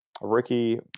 Ricky